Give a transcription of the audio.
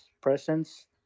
presence